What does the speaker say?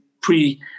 pre